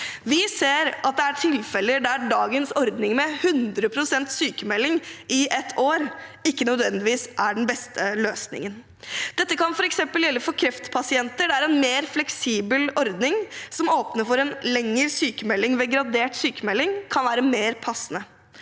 Vi ser at det er tilfeller der dagens ordning med 100 pst. sykmelding i ett år ikke nødvendigvis er den beste løsningen. Dette kan f.eks. gjelde for kreftpasienter, der en mer fleksibel ordning som åpner for en lengre sykmelding ved gradert sykmelding, kan være mer passende.